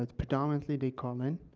ah predominately, they call in,